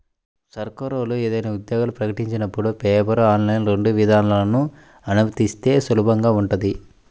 సర్కారోళ్ళు ఏదైనా ఉద్యోగాలు ప్రకటించినపుడు పేపర్, ఆన్లైన్ రెండు విధానాలనూ అనుమతిస్తే సులభంగా ఉంటది